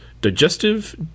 digestive